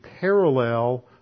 parallel